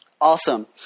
Awesome